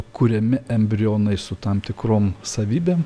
kuriami embrionai su tam tikrom savybėmy